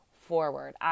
forward